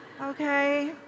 Okay